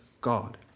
God